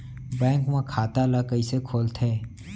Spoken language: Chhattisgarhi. बैंक म खाता ल कइसे खोलथे?